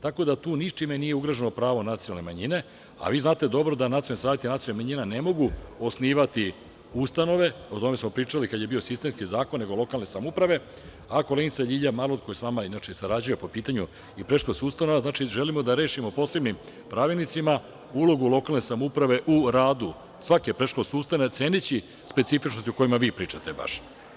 Tako da tu ničim nije ugroženo pravo nacionalne manjine, a vi znate dobro da Nacionalni savet i nacionalne manjine ne mogu osnivati ustanove, o tome smo pričali kada je bio sistemski zakon lokalne samouprave, a koleginica LJilja Marolt koja sa vama inače i sarađuje po pitanju i predškolskih ustanova, znači želimo da rešimo posebnim pravilnicima ulogu lokalne samouprave u radu svake predškolske ustanove ceneći specifičnosti o kojim vi pričate baš.